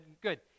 Good